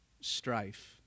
Strife